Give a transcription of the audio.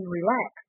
relax